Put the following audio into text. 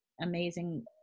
amazing